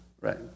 Right